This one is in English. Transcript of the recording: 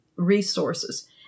resources